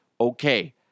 okay